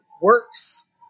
works